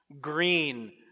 Green